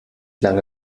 lange